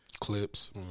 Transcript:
Clips